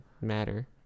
matter